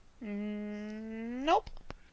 Nope